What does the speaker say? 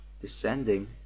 descending